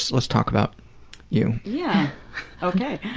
let's talk about you. yeah ok,